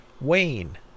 Wayne